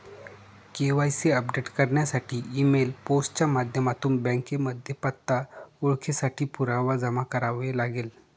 KYC update करण्यासाठी email, post च्या माध्यमातून बँकेमध्ये पत्ता, ओळखेसाठी पुरावा जमा करावे लागेल